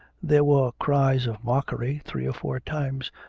there were cries of mockery three or four times,